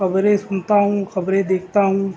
خبریں سنتا ہوں خبریں دیکھتا ہوں